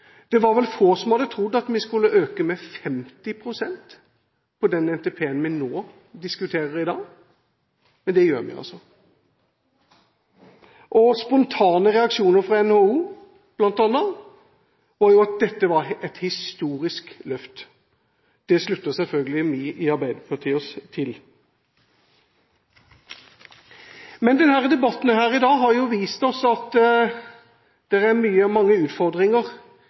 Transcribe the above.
Det var vel få som hadde trodd at vi skulle øke med 50 pst. på den NTP-en vi diskuterer i dag, men det gjør vi altså. Spontane reaksjoner fra bl.a. NHO var at dette var et historisk løft. Det slutter selvfølgelig vi i Arbeiderpartiet oss til. Debatten her i dag har vist oss at det er mange utfordringer,